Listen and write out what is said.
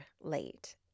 late